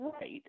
Right